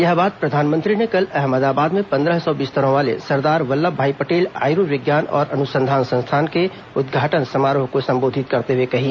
यह बात प्रधानमंत्री ने कल अहमदाबाद में पंद्रह सौ बिस्तरों वाले सरदार वल्लभभाई पटेल आयुर्विज्ञान और अनुसंधान संस्थान के उद्घाटन समारोह को संबोधित करते हुए कही